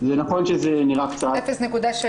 זה נכון שזה נראה קצת -- 0.7.